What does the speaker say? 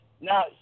now